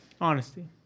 Honesty